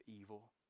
evil